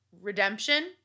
redemption